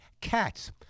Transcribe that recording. cats